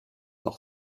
noch